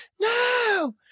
no